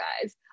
guys